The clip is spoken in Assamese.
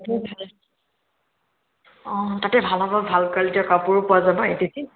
অ তাতে ভাল হ'ব ভাল কুৱালিটিৰ কাপোৰো পোৱা যাব একে এক